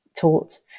taught